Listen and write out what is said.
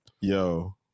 yo